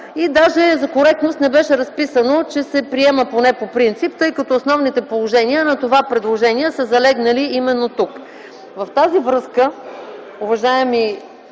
Даже, за коректност не беше разписано, че се приема поне по принцип, тъй като основните положения на това предложение са залегнали именно тук.